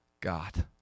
God